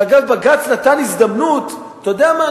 ואגב, בג"ץ נתן הזדמנות, אתה יודע מה?